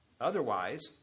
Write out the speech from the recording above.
Otherwise